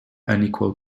unequal